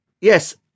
yes